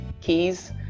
keys